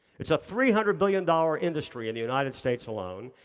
it's a three hundred billion dollar industry in the united states alone.